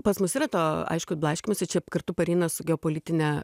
pas mus yra to aišku blaškymosi čia kartu pareina su geopolitine